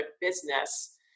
business